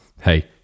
hey